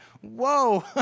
whoa